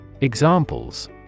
Examples